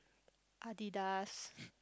Adidas